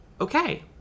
Okay